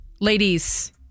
ladies